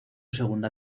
segunda